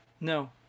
No